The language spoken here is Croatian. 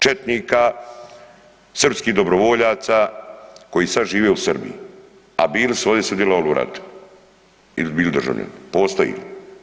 Četnika, srpskih dobrovoljaca koji sad žive u Srbiji, a bili su ovdje, sudjelovali u ratu ili bili državljani, postoji li?